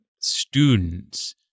students